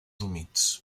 humits